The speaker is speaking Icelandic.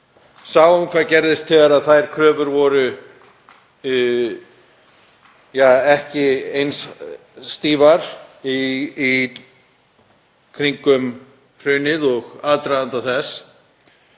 sáum hvað gerðist þegar þær kröfur voru ekki eins stífar í kringum hrunið og í aðdraganda þess.